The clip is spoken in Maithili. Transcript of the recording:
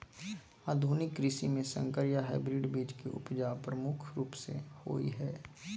आधुनिक कृषि में संकर या हाइब्रिड बीज के उपजा प्रमुख रूप से होय हय